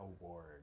Award